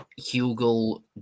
hugel